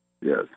Yes